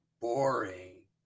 boring